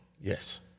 yes